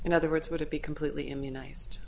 in other words would it be completely immunized